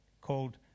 called